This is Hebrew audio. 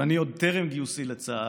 ואני, עוד טרם גיוסי לצה"ל,